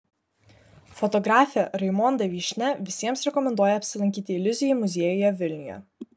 fotografė raimonda vyšnia visiems rekomenduoja apsilankyti iliuzijų muziejuje vilniuje